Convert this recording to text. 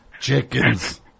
chickens